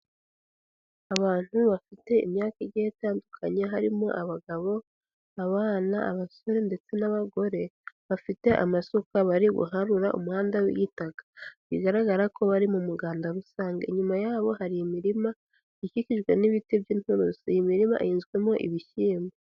Abantu bafite imyaka igiye itandukanye harimo abagabo, abana, abasore ndetse n'abagore, bafite amasuka bari guharura umuhanda w'igitaka, bigaragara ko bari mu muganda rusange, inyuma yabo hari imirima ikikijwe n'ibiti by'inturusi, iyi mirima ihinzwemo ibishyimbo.